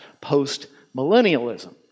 post-millennialism